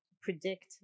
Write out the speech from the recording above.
predict